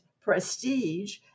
prestige